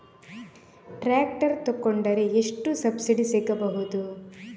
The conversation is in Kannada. ಟ್ರ್ಯಾಕ್ಟರ್ ತೊಕೊಂಡರೆ ಎಷ್ಟು ಸಬ್ಸಿಡಿ ಸಿಗಬಹುದು?